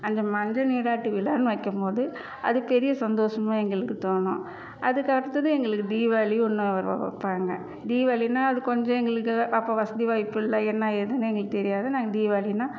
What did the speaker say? அந்த மஞ்சள் நீராட்டு விழான்னு வைக்கும் போது அது பெரிய சந்தோசமாக எங்களுக்கு தோணும் அதுக்கடுத்தது எங்களுக்கு தீபாவாளி ஒன்று வைப்பாங்க தீபாவாளினா அது கொஞ்சம் எங்களுக்கு அப்போ வசதி வாய்ப்பு இல்லை என்ன ஏதுன்னு எங்களுக்கு தெரியாது நாங்கள் தீபாவாளினா